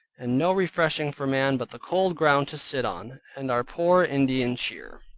and no refreshing for man but the cold ground to sit on, and our poor indian cheer.